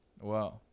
Wow